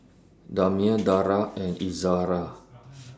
Damia Dara and Izzara